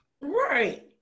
Right